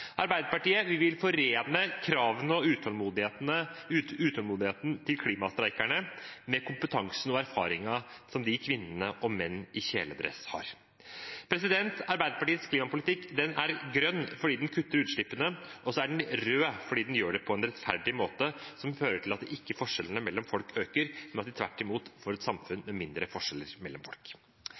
Arbeiderpartiet vil forene kravene og utålmodigheten til klimastreikerne med kompetansen og erfaringene som kvinnene og mennene i kjeledress har. Arbeiderpartiets klimapolitikk er grønn fordi den kutter utslippene, og så er den rød fordi den gjør det på en rettferdig måte som fører til at forskjellene mellom folk ikke øker, men at vi tvert imot får et samfunn med mindre forskjeller mellom folk.